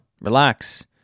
relax